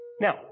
Now